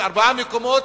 בארבעה מקומות,